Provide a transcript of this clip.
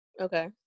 Okay